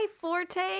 Forte